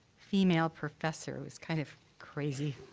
female professor who's kind of crazy.